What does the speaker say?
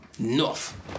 enough